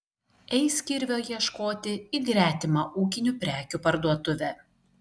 eis kirvio ieškoti į gretimą ūkinių prekių parduotuvę